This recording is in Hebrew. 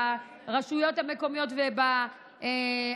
להיות חבר מועצה ברשויות המקומיות ובערים,